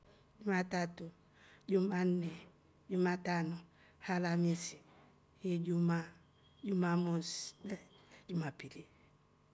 Jumatatu. jumaanne. jumatano. halamisi. ijuma. jumamosi kute jumapili.